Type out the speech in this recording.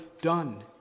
done